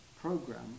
program